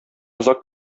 озак